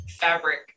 fabric